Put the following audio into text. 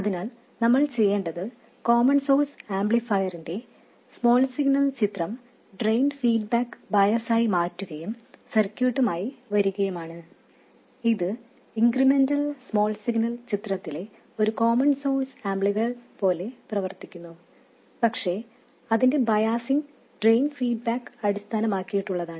അതിനാൽ നമ്മൾ ചെയ്യേണ്ടത് കോമൺ സോഴ്സ് ആംപ്ലിഫയറിന്റെ സ്മോൾ സിഗ്നൽ ചിത്രം ഡ്രെയിൻ ഫീഡ്ബാക്ക് ബയാസായി മാറ്റുകയും സർക്യൂട്ടുമായി വരികയുമാണ് ഇത് ഇൻക്രിമെന്റൽ സ്മോൾ സിഗ്നൽ ചിത്രത്തിലെ ഒരു കോമൺ സോഴ്സ് ആംപ്ലിഫയർ പോലെ പ്രവർത്തിക്കുന്നു പക്ഷേ അതിന്റെ ബയാസിങ് ഡ്രെയിൻ ഫീഡ്ബാക്ക് അടിസ്ഥാനമാക്കിയുള്ളതാണ്